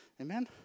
Amen